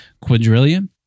quadrillion